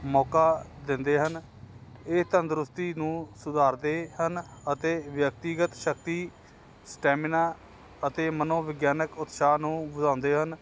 ਮੌਕਾ ਦਿੰਦੇ ਹਨ ਇਹ ਤੰਦਰੁਸਤੀ ਨੂੰ ਸੁਧਾਰਦੇ ਹਨ ਅਤੇ ਵਿਅਕਤੀਗਤ ਸ਼ਕਤੀ ਸਟੈਮਿਨਾ ਅਤੇ ਮਨੋਵਿਗਿਆਨਿਕ ਉਤਸਾਹ ਨੂੰ ਵਧਾਉਂਦੇ ਹਨ